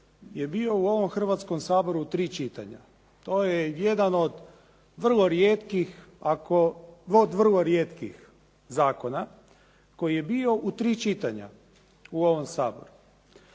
je bio u ovom Hrvatskom saboru u tri čitanja. To je jedan od vrlo rijetkih, ako od vrlo rijetkih zakona koji je bio u tri čitanja u ovom Saboru.